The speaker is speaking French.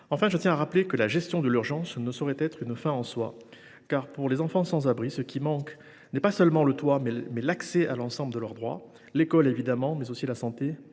Enfin, je tiens à rappeler que la gestion de l’urgence ne saurait être une fin en soi. Car, pour les enfants sans abri, ce qui manque est non pas seulement le toit, mais l’accès à l’ensemble de leurs droits : l’école, évidemment, mais aussi la santé,